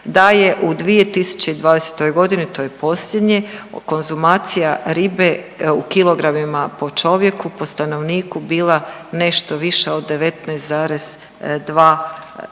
da je u 2020. godini, to je posljednje konzumacija ribe u kilogramima po čovjeku po stanovniku bila nešto više od 19,2